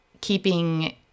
keeping